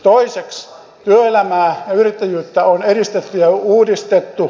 toiseksi työelämää ja yrittäjyyttä on edistetty ja uudistettu